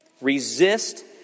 Resist